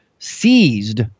seized